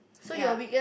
ya